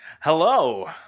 hello